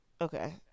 Okay